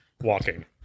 walking